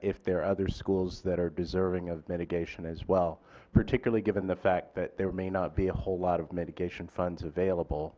if there are other schools that are deserving of mitigation as well particularly given the fact that there may not be a whole lot of mitigation funds available